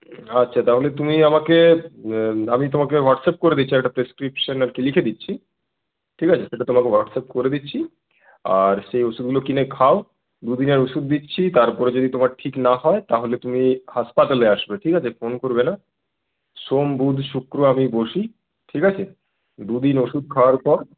আচ্ছা তাহলে তুমি আমাকে আমি তোমাকে হোয়াটস অ্যাপ করে দিচ্ছি একটা প্রেসক্রিপশন আর কি লিখে দিচ্ছি ঠিক আছে সেটা তোমাকে হোয়াটস অ্যাপ করে দিচ্ছি আর সেই ওষুধগুলো কিনে খাও দুদিনের ওষুধ দিচ্ছি তারপরও যদি তোমার ঠিক না হয় তাহলে তুমি হাসপাতালে আসবে ঠিক আছে ফোন করবে না সোম বুধ শুক্র আমি বসি ঠিক আছে দুদিন ওষুধ খাওয়ার পর